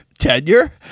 tenure